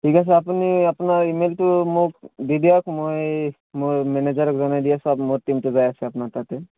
ঠিক আছে আপুনি আপোনাৰ ই মেইলটো মোক দি দিয়ক মই মোৰ মেনেজাৰক জনাই দি আছোঁ মোৰ টীমটো যাই আছে আপোনাৰ তাতে